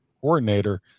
coordinator